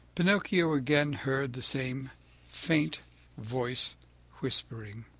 pinocchio again heard the same faint voice whispering